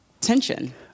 tension